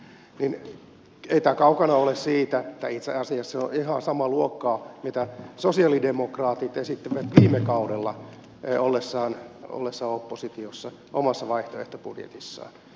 ei tämä kaukana ole siitä tai itse asiassa se on ihan samaa luokkaa kuin se mitä sosialidemokraatit esittivät viime kaudella ollessaan oppositiossa omassa vaihtoehtobudjetissaan